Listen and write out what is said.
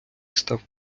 став